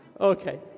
Okay